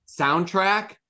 Soundtrack